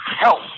help